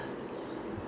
where you go